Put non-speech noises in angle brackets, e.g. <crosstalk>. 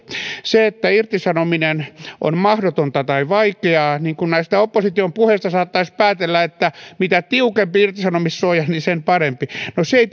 se että irtisanominen on mahdotonta tai vaikeaa niin kuin näistä opposition puheista saattaisi päätellä että mitä tiukempi irtisanomissuoja sen parempi no se ei <unintelligible>